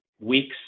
weeks